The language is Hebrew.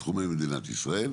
בתחומי מדינת ישראל,